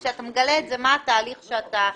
כשאתה מגלה את זה, מה התהליך שאתה נוקט?